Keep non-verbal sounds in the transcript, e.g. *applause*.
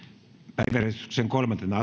päiväjärjestyksen kolmantena *unintelligible*